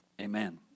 Amen